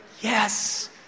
yes